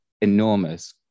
enormous